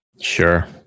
sure